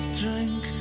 drink